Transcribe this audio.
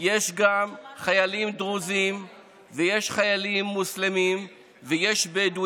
לא שמענו את ראש הממשלה מגנה.